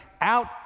out